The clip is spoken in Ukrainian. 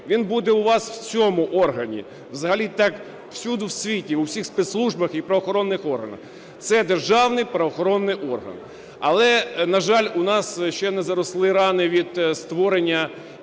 він буде у вас в цьому органі, взагалі так всюди у світі, у всіх спецслужбах і правоохоронних органах, це державний правоохоронний орган. Але, на жаль, у нас ще не заросли рани від створення